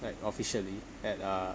like officially at uh